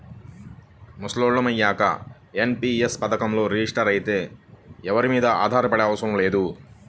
ముసలోళ్ళం అయ్యాక ఎన్.పి.యస్ పథకంలో రిజిస్టర్ అయితే ఎవరి మీదా ఆధారపడాల్సింది లేదు